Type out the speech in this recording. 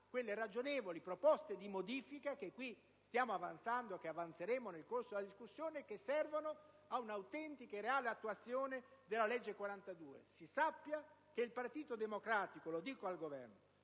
quelle ragionevoli proposte di modifica che avanzeremo nel corso della discussione e che servono ad una autentica e reale attuazione della legge n. 42. Si sappia che il Partito Democratico - lo dico al Governo